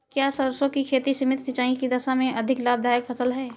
क्या सरसों की खेती सीमित सिंचाई की दशा में भी अधिक लाभदायक फसल है?